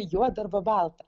juoda arba balta